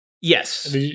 Yes